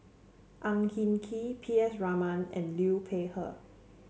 Ang Hin Kee P S Raman and Liu Peihe